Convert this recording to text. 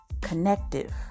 connective